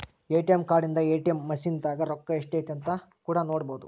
ATM card ಇಂದ ATM machine ದಾಗ ರೊಕ್ಕ ಎಷ್ಟೈತೆ ಅಂತ ಕೂಡ ನೊಡ್ಬೊದು